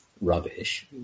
rubbish